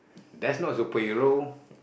that's not superhero